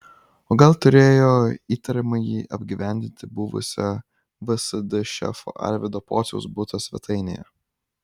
o gal turėjo įtariamąjį apgyvendinti buvusio vsd šefo arvydo pociaus buto svetainėje